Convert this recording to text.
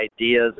ideas